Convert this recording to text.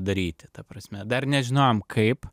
daryti ta prasme dar nežinojom kaip